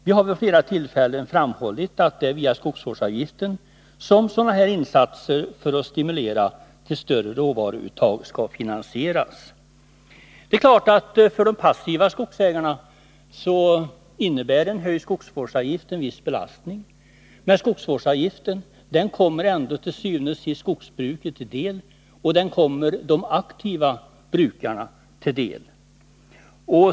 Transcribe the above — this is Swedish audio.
Vi har vid flera tillfällen framhållit att det är via skogsvårdsavgiften som sådana här insatser för att stimulera till större råvaruuttag skall finansieras. Det är klart att för de passiva skogsägarna innebär en höjd skogsvårdsavgift en viss belastning, men skogsvårdsavgiften kommer ändå till syvende og sidst skogsbruket till del och den kommer de aktiva brukarna till del.